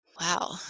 Wow